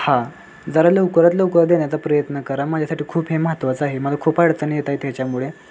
हां जरा लवकरात लवकर देण्याचा प्रयत्न करा माझ्यासाठी खूप हे महत्त्वाचं आहे मला खूप अडचणी येत आहेत ह्याच्यामुळे